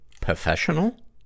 Professional